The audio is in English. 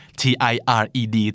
tired